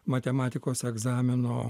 matematikos egzamino